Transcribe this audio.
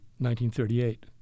1938